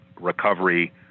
recovery